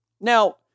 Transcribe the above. Now